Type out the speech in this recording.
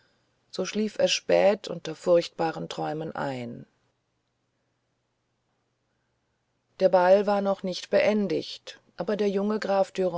so schlief er spät unter furchtbaren träumen ein der ball war noch nicht beendigt aber der junge graf